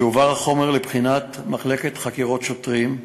יועבר החומר לבחינת המחלקה לחקירות שוטרים,